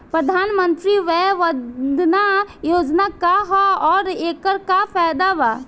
प्रधानमंत्री वय वन्दना योजना का ह आउर एकर का फायदा बा?